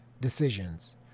decisions